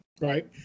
Right